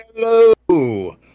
Hello